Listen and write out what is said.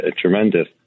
tremendous